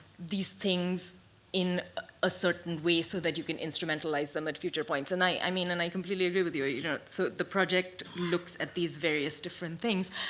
these things in a certain way so that you can instrumentalize them at future points? and i mean, and i completely agree with you. you know so the project looks at these various different things.